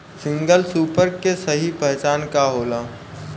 Single super के सही पहचान का होला?